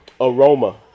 aroma